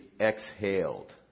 exhaled